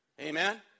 Amen